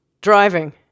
driving